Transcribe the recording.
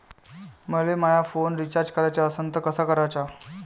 मले माया phone recharge कराचा असन तर कसा कराचा?